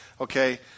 Okay